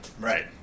Right